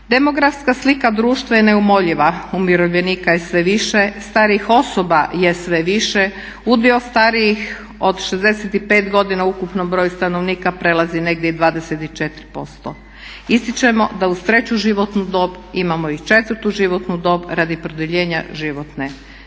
Demografska slika društva je neumoljiva, umirovljenika je sve više, starijih osoba je sve više, udio starijih od 65 godina u ukupnom broju stanovnika prelazi negdje i 24%. Ističemo da uz treću životnu dobi imamo i četvrtu životnu dob radi produljenja životnog